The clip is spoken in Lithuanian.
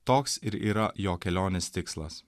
toks ir yra jo kelionės tikslas